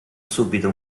subito